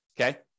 okay